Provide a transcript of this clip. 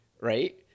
Right